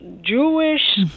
Jewish